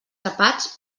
tapats